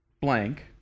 blank